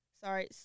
Sorry